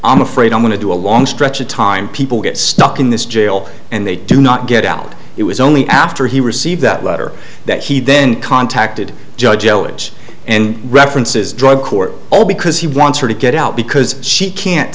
i'm afraid i'm going to do a long stretch of time people get stuck in this jail and they do not get out it was only after he received that letter that he then contacted judge l h and references drug court all because he wants her to get out because she can't